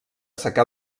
secà